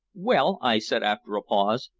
well, i said after a pause,